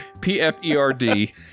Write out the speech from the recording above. P-F-E-R-D